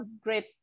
great